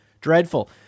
dreadful